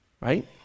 Right